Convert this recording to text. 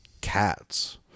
cats